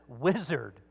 wizard